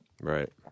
Right